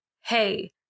hey